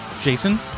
Jason